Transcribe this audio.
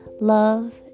love